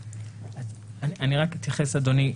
אני רק אתייחס, אדוני.